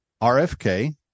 RFK